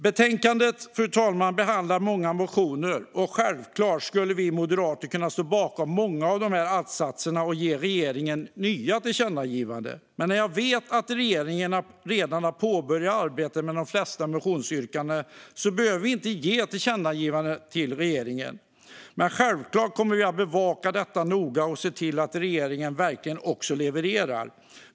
Betänkandet behandlar många motioner, och självklart skulle vi moderater kunna stå bakom många av att-satserna och ge regeringen nya tillkännagivanden. Regeringen har dock redan påbörjat arbetet med de flesta av motionsyrkandena, och därför behöver vi inte ge nya tillkännagivanden till regeringen. Självklart kommer vi att bevaka detta noga och se till att regeringen verkligen levererar.